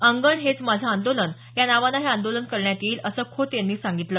अंगण हेच माझं आंदोलन या नावानं हे आंदोलन करण्यात येईल असं खोत यांनी सांगितलं